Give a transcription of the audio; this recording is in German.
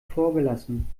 vorgelassen